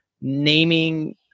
naming